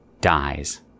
dies